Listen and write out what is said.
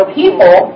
people